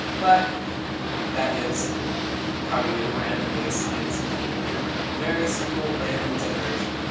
but that is how you would randomly assign something in your game, very simple random generation.